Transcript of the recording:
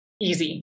easy